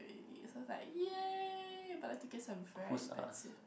already so is like yay but the tickets are very expensive